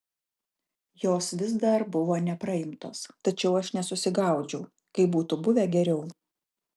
jos vis dar buvo nepraimtos tačiau aš nesusigaudžiau kaip būtų buvę geriau